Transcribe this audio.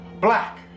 black